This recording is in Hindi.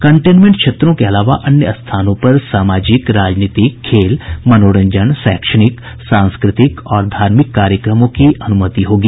कंटेनमेंट क्षेत्रों के अलावा अन्य स्थानों पर सामाजिक राजनीतिक खेल मनोरंजन शैक्षिक सांस्कृतिक और धार्मिक कार्यक्रमों की अनुमति होगी